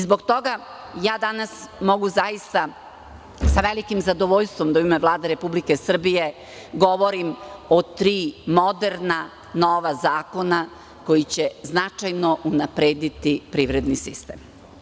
Zbog toga danas mogu zaista sa velikim zadovoljstvom da u ime Vlade Republike Srbije govorim o tri moderna nova zakona koji će značajno unaprediti privredni sistem.